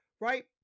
right